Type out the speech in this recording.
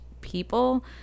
people